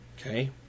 Okay